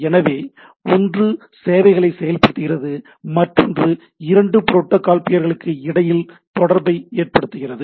எனவே ஒன்று சேவைகளை செயல்படுத்துகிறது மற்றொன்று இரண்டு புரோட்டாகால் பியர்களுக்கு இடையில் தொடர்பை ஏற்படுத்துகிறது